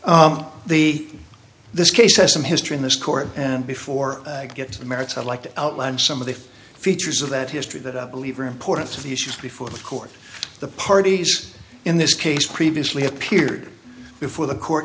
be this case has some history in this court and before i get to the merits i'd like to outline some of the features of that history that lever importance of the issue before the court the parties in this case previously appeared before the court